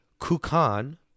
Kukan